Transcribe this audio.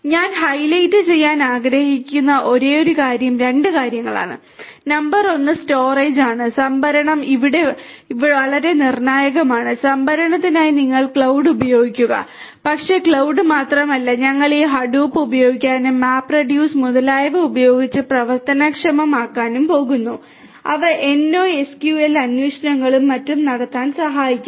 ഞാൻ ഹൈലൈറ്റ് ചെയ്യാൻ ആഗ്രഹിക്കുന്ന ഒരേയൊരു കാര്യം 2 കാര്യങ്ങളാണ് നമ്പർ 1 സ്റ്റോറേജ് മുതലായവ ഉപയോഗിച്ച് പ്രവർത്തനക്ഷമമാക്കാനും പോകുന്നു അവ NoSQL അന്വേഷണങ്ങളും മറ്റും നടത്താൻ സഹായിക്കും